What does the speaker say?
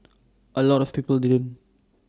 A lot of people didn't